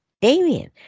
Damien